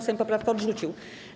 Sejm poprawkę odrzucił.